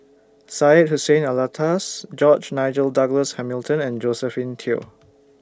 Syed Hussein Alatas George Nigel Douglas Hamilton and Josephine Teo